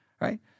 right